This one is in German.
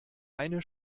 eine